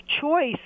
choice